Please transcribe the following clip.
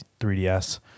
3DS